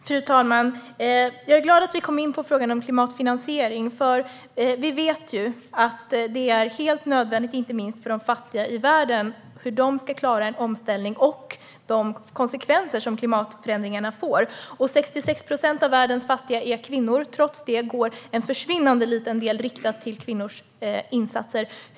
Fru talman! Jag är glad att vi kom in på frågan om klimatfinansiering. Vi vet ju att det är helt nödvändigt inte minst för att de fattiga i världen ska klara en omställning och de konsekvenser som klimatförändringarna får. Av världens fattiga är 66 procent kvinnor. Trots detta är en försvinnande liten del riktad till kvinnors insatser.